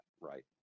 right